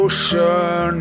Ocean